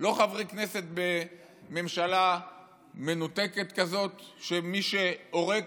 לא חברי כנסת בממשלה מנותקת כזאת שמי שעורק,